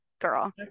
girl